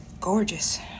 gorgeous